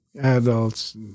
adults